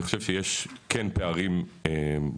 אני כן חושב שיש פערים רוחביים.